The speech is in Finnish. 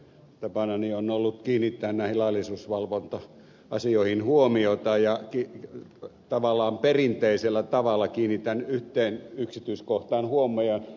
tapanani on ollut kiinnittää näihin laillisuusvalvonta asioihin huomiota ja tavallaan perinteisellä tavalla kiinnitän yhteen yksityiskohtaan huomion